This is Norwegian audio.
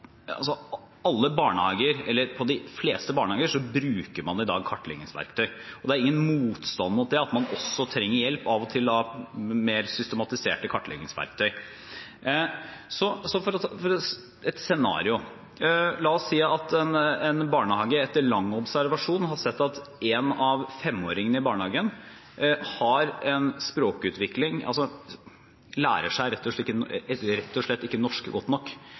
de fleste barnehager bruker man i dag kartleggingsverktøy, og det er ingen motstand mot det, at man av og til også trenger hjelp av litt mer systematiserte kartleggingsverktøy. For å ta et scenario: La oss si at en barnehage etter lang observasjon har sett at en av 5-åringene i barnehagen rett og slett ikke lærer seg norsk godt nok, og at en ønsker å finne ut mer om det, og